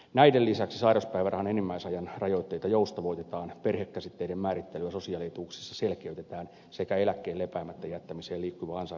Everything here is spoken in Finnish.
näiden lisäksi sairauspäivärahan enimmäisajan rajoitteita joustavoitetaan perhekäsitteiden määrittelyä sosiaalietuuksissa selkeytetään sekä eläkkeen lepäämättä jättämiseen liittyvää ansaintarajaa nostetaan